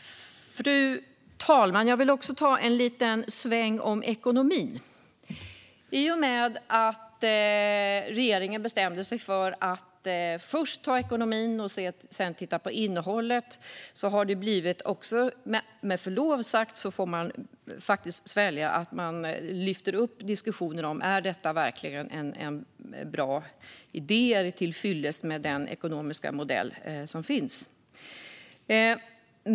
Fru talman! Jag vill också ta en liten sväng om ekonomin. I och med att regeringen bestämde sig för att först ta ekonomin och sedan titta på innehållet får den med förlov sagt svälja att vi tar upp till diskussion om den idén verkligen är bra och om den ekonomiska modell som finns är till fyllest.